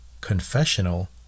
confessional